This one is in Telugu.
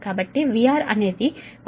కాబట్టి VR అనేది 10